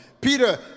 Peter